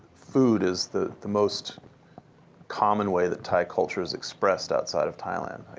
food is the the most common way that thai culture is expressed outside of thailand.